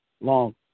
Long